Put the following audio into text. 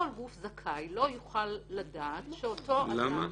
כל גוף זכאי לא יוכל לדעת שאותו אדם -- למה?